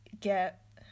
get